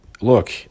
look